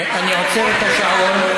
אני עוצר את השעון.